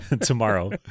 tomorrow